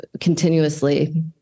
continuously